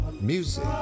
music